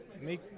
make